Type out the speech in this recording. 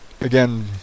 Again